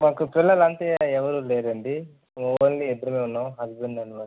మాకు పిల్లలంతా ఎవరూ లేరండి ఓన్లీ ఇద్దరమే ఉన్నాము హజ్బండ్ అండ్ వైఫ్